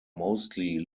mostly